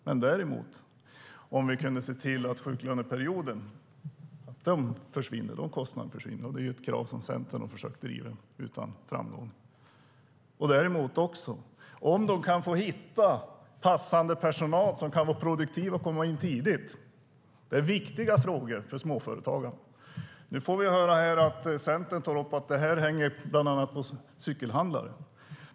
Men däremot skulle det ha betydelse om vi kunde se till att kostnaderna för sjuklöneperioden försvinner. Det är krav som Centern har försökt driva utan framgång. Att hitta passande personal som kan vara produktiv och komma in tidigt är också en viktig fråga för småföretagarna. Nu får vi höra från Centern att detta hänger bland annat på cykelhandlare.